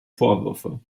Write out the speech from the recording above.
vorwürfe